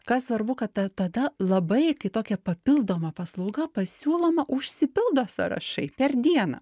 kas svarbu kad ta tada labai kai tokia papildoma paslauga pasiūloma užsipildo sąrašai per dieną